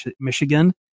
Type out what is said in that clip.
Michigan